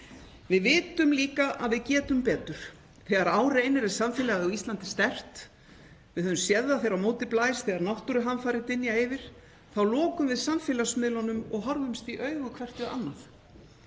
Við vitum líka að við getum betur. Þegar á reynir er samfélagið á Ísland sterkt. Við höfum séð það þegar á móti blæs, þegar náttúruhamfarir dynja yfir, þá lokum við samfélagsmiðlunum og horfumst í augu hvert við annað.